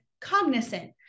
cognizant